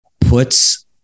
puts